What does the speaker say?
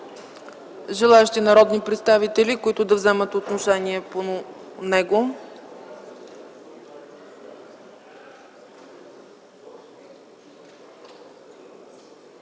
Желаещи народни представители, които да вземат отношение по него